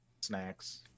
snacks